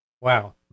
Wow